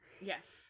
Yes